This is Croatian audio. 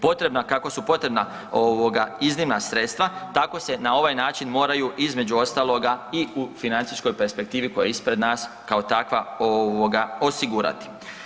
Potrebna, kako su potreba iznimna sredstva, tako se na ovaj način moraju između ostaloga i u financijskoj perspektivi koja je ispred nas, kao takva osigurati.